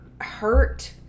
hurt